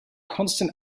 constant